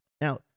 Now